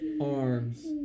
arms